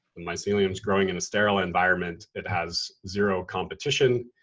the mycelium is growing in a sterile environment, it has zero competition.